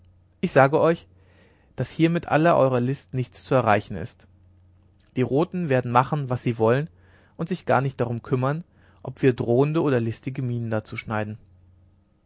ich sage euch daß hier mit aller eurer list nichts zu erreichen ist die roten werden machen was sie wollen und sich gar nicht darum kümmern ob wir drohende oder listige mienen dazu schneiden